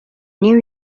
new